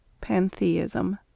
Pantheism